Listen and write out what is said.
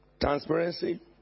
Transparency